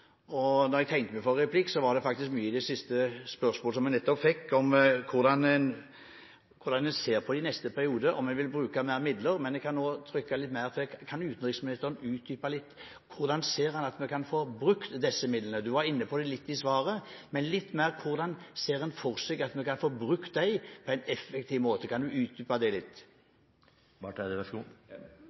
Da jeg tegnet meg for replikk, var det faktisk mye på grunn av det samme spørsmålet som nettopp kom her, om hvordan en ser på det i neste periode, om en vil bruke mer midler: Men jeg kan trykke litt mer: Hvordan ser utenriksministeren at vi kan få brukt disse midlene? Han var inne på det i svaret, men hvordan ser en for seg at vi kan få brukt dem på en effektiv måte? Kan han utdype det litt?